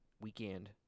weekend